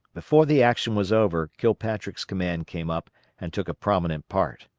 before the action was over kilpatrick's command came up and took a prominent part.